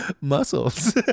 muscles